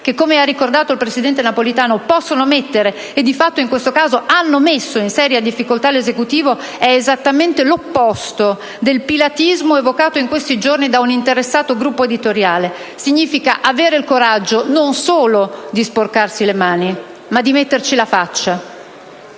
che - come ha ricordato il presidente Napolitano - possono mettere, e di fatto in questo caso hanno messo, in seria difficoltà l'Esecutivo, è esattamente l'opposto del pilatismo evocato in questi giorni da un interessato gruppo editoriale e significa avere il coraggio non solo di sporcarsi le mani, ma di metterci la faccia.